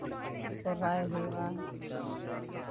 ᱥᱚᱨᱦᱟᱭ ᱦᱩᱭᱩᱜᱼᱟ